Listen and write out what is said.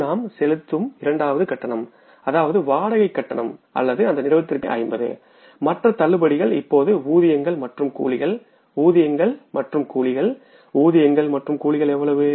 இது நாம் செலுத்தும் இரண்டாவது கட்டணம் அதாவது வாடகைக் கட்டணம் அல்லது அந்த நிறுவனத்திற்கான கட்டணம் 8050 மற்ற தள்ளுபடிகள் இப்போது ஊதியங்கள் மற்றும் கூலிகள் ஊதியங்கள் மற்றும் கூலிகள் ஊதியங்கள் மற்றும் கூலிகள் எவ்வளவு